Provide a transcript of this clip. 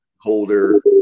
holder